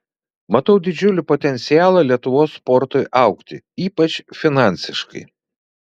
matau didžiulį potencialą lietuvos sportui augti ypač finansiškai